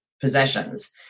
possessions